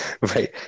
right